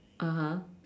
(uh huh)